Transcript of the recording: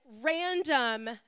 random